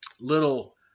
little